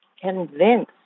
convince